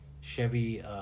Chevy